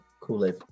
Kool-Aid